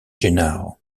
gennaro